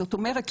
זאת אומרת,